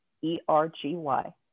E-R-G-Y